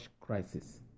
crisis